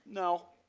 no.